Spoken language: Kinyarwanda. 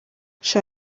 sha